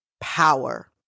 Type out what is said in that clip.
power